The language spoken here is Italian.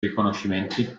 riconoscimenti